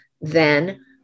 then-